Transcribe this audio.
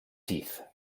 teeth